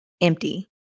empty